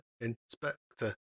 Inspector